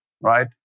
right